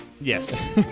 Yes